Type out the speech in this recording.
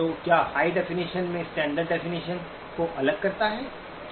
तो क्या high definition से स्टैंडर्ड डेफिनिशन को अलग करता है